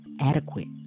adequate